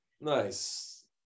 Nice